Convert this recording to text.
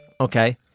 okay